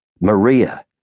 Maria